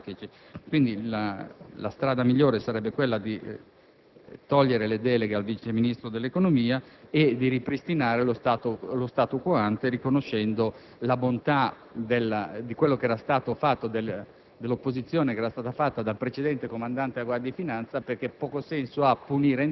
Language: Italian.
adottandole autonomamente anche rispetto ai suoi superiori gerarchici. In conclusione, la strada migliore sarebbe quella di togliere le deleghe al Vice ministro dell'economia e di ripristinare lo stato *quo* *ante*, riconoscendo la bontà dell'opposizione che era stata fatta